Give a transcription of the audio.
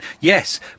Yes